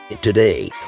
Today